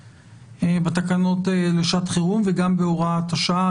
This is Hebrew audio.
בתקנות לשעת חירום וגם בהוראת השעה.